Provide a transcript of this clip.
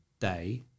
day